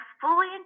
fully